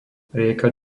rieka